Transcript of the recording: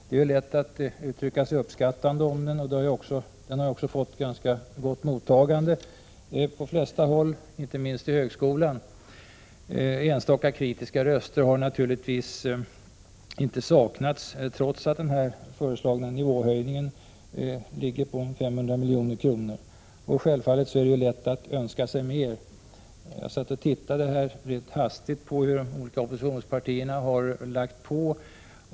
Det är lätt att uttrycka sig uppskattande om den, och den har också fått ett ganska gott mottagande på de flesta håll, inte minst inom högskolan. Enstaka kritiska röster har naturligtvis inte saknats, trots den föreslagna nivåhöjningen på ca 500 milj.kr. Självfallet är det lätt att önska sig mer. Jag tittade hastigt på vad de olika oppositionspartierna har lagt på.